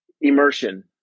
immersion